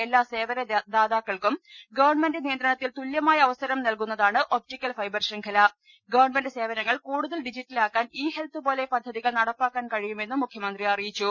എല്ലാ സേവനദാതാ ക്കൾക്കും ഗവൺമെന്റ് നിയന്ത്രണത്തിൽ തുല്യമായ അവസരം നൽകുന്ന ഒപ്റ്റക്കൽ ഫൈബർ ശൃംഖല ഗവൺമെന്റ് സേവനങ്ങൾ കൂടുതൽ ഡിജിറ്റലാക്കാൻ ഇ ഹെൽത്ത് പോലെ പദ്ധതികൾ നട പ്പാക്കാൻ കഴിയുമെന്നും മുഖ്യമന്ത്രി അറിയിച്ചു